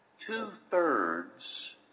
two-thirds